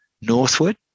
northward